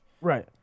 Right